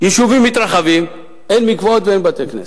יישובים מתרחבים, אין מקוואות ואין בתי-כנסת.